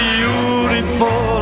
beautiful